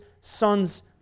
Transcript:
Son's